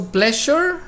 pleasure